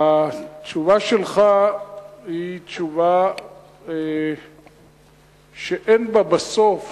התשובה שלך היא תשובה שאין בה בסוף